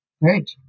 Right